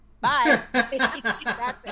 bye